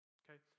okay